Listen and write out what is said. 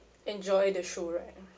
enjoy the show right